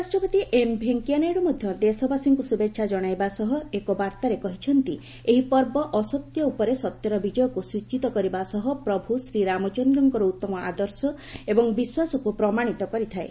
ଉପରାଷ୍ଟ୍ରପତି ଏମ୍ ଭେଙ୍କୟା ନାଇଡୁ ମଧ୍ୟ ଦେଶବାସୀଙ୍କୁ ଶୁଭେଚ୍ଛା ଜଣାଇବା ସହ ଏକ ବାର୍ଭାରେ କହିଛନ୍ତି ଏହି ପର୍ବ ଅସତ୍ୟ ଉପରେ ସତ୍ୟର ବିଜୟକୁ ସୂଚିତ କରିବା ସହ ପ୍ରଭୁଶ୍ରୀ ରାମଚନ୍ଦ୍ରଙ୍କର ଉତ୍ତମ ଆଦର୍ଶ ଏବଂ ବିଶ୍ୱାସକୁ ପ୍ରମାଣିତ କରିଥାଏ